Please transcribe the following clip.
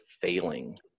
failing